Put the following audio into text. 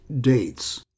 dates